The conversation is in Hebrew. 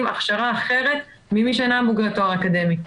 הכשרה אחרת ממי שאינם בוגרי תואר אקדמי.